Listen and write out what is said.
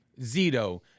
Zito